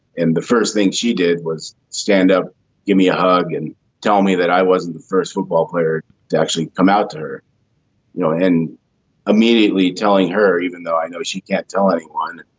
and the first thing she did was stand up give me a hug and tell me that i wasn't the first football player to actually come out to her you know and immediately telling her even though i know she can't tell anyone.